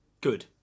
Good